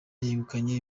yegukanye